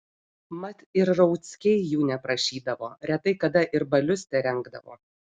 mat ir rauckiai jų neprašydavo retai kada ir balius terengdavo